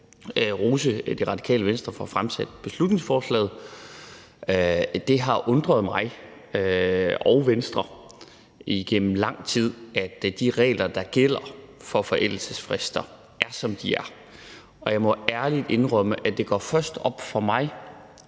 rose Det Radikale Venstre for at have fremsat beslutningsforslaget. Det har undret mig og Venstre igennem lang tid, at de regler, der gælder for forældelsesfrister, er, som de er, og jeg må ærligt indrømme, at det først gik op for mig,